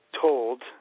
told